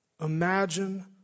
imagine